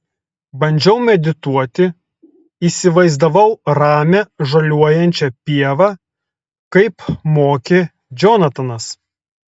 bandžiau medituoti įsivaizdavau ramią žaliuojančią pievą kaip mokė džonatanas